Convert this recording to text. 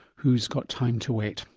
who's got time to wait?